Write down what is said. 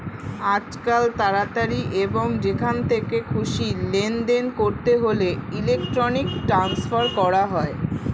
আজকাল তাড়াতাড়ি এবং যেখান থেকে খুশি লেনদেন করতে হলে ইলেক্ট্রনিক ট্রান্সফার করা হয়